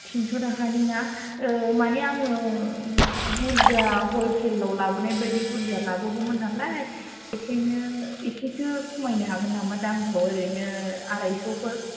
थिनस' थाखानि ना माने आङो बुरजा हलसेलाव लाबोनाय बायदि बुरजा लाबोगौमोन नालाय बेनिखायनो एसेसो खमायनो हागोन नामा दामखौ ओरैनो आरायस'फोर